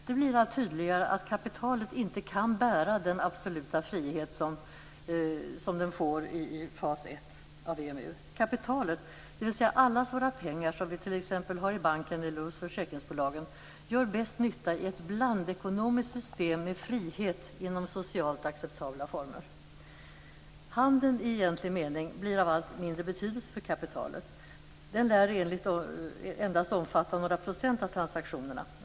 Det blir allt tydligare att kapitalet inte kan bära den absoluta frihet som det får i fas 1 av EMU. Kapitalet, dvs. alla våra pengar som vi t.ex. har i banken eller hos försäkringsbolagen, gör bäst nytta i ett blandekonomiskt system med frihet inom socialt acceptabla former. Handeln i egentlig mening blir av allt mindre betydelse för kapitalet. Den lär endast omfatta några procent av transaktionerna.